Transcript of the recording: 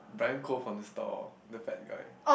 brand call from the store the fat guy